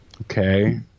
okay